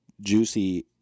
juicy